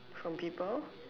from people